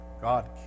God